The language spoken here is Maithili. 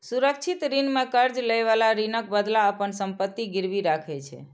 सुरक्षित ऋण मे कर्ज लएबला ऋणक बदला अपन संपत्ति गिरवी राखै छै